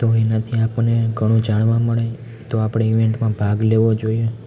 તો એનાથી આપણને ઘણું જાણવા મળે તો આપણે ઈવેંટમાં ભાગ લેવો જોઈએ